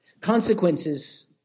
Consequences